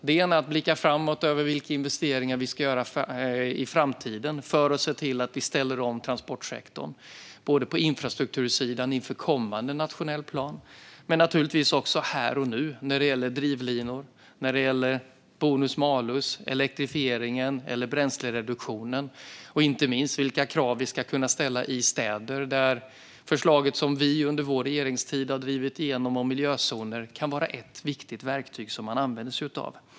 Det ena är att blicka framåt över vilka investeringar vi ska göra i framtiden för att se till att vi ställer om transportsektorn både på infrastruktursidan inför kommande nationell plan och också här och nu när det gäller drivlinor, bonus-malus, elektrifieringen eller bränslereduktionen. Det gäller inte minst vilka krav vi ska kunna ställa i städer där förslaget som vi under vår regeringstid har drivit igenom om miljözoner kan vara ett viktigt verktyg som man använder sig av.